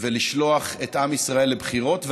ולשלוח את עם ישראל לבחירות,